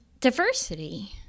diversity